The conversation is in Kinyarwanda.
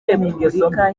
repubulika